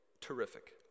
terrific